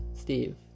Steve